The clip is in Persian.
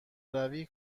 روی